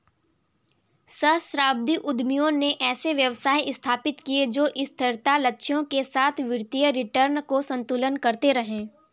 सहस्राब्दी उद्यमियों ने ऐसे व्यवसाय स्थापित किए जो स्थिरता लक्ष्यों के साथ वित्तीय रिटर्न को संतुलित करते हैं